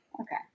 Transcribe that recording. Okay